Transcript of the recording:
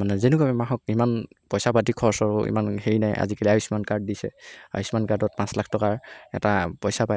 মানে যেনেকুৱা বেমাৰ হওক ইমান পইচাপাতি খৰচৰো ইমান হেৰি নাই আজিকালি আয়ুষ্মান কাৰ্ড দিছে আয়ুষমান কাৰ্ডত পাঁচ লাখ টকাৰ এটা পইচা পায়